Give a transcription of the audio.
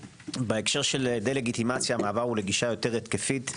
בהקשר של הדה לגיטימציה המעבר הוא לגישה יותר התקפית.